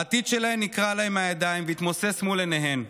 העתיד שלהם נקרע להן מהידיים והתמוסס מול עיניהן.